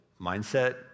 mindset